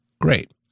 great